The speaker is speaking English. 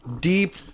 Deep